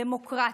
דמוקרטיה,